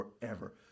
forever